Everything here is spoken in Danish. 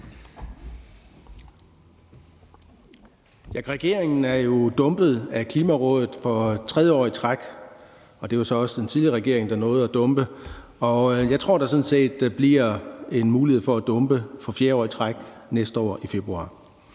Regeringen er jo dumpet af Klimarådet for tredje år i træk – det var så også den tidligere regering, der nåede at dumpe – og jeg tror da sådan set, der bliver en mulighed for at dumpe for fjerde år i træk næste år i februar.